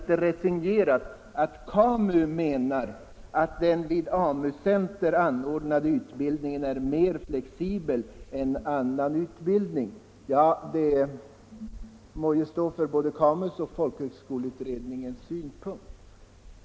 Den konstaterar att KAMU menar att den vid AMU-centra anordnade utbildningen är mer flexibel än annan utbildning. Det må stå för KAMU:s och folkhögskoleutredningens räkning.